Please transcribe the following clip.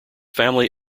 family